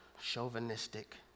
chauvinistic